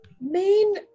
main